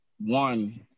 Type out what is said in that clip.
one